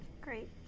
Great